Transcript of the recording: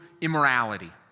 immorality